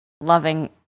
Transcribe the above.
loving